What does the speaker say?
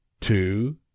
two